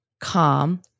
calm